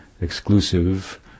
exclusive